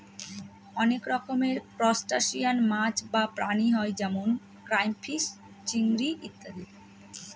অনেক রকমের ত্রুসটাসিয়ান মাছ বা প্রাণী হয় যেমন ক্রাইফিষ, চিংড়ি ইত্যাদি